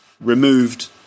removed